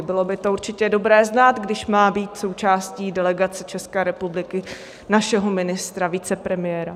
Bylo by to určitě dobré znát, když má být součástí delegace České republiky, našeho ministra, vicepremiéra.